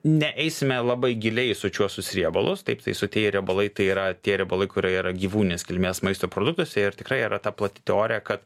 ne eisime labai giliai į sočiuosius riebalus taip tai sotieji riebalai tai yra tie riebalai kurie yra gyvūninės kilmės maisto produktuose ir tikrai yra ta plati teorija kad